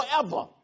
forever